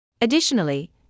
Additionally